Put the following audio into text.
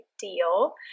deal